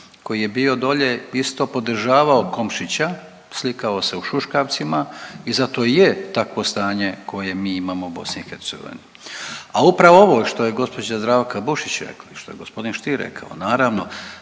koji je bio dolje, isto podržavao Komšića, slikao se u šuškavcima i zato i je takvo stanje koje m i imamo u BiH. A upravo ovo što je gospođa Zdravka Bušić rekla i što je gospodin Stier rekao naravno